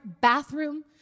bathroom